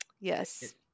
Yes